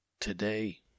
today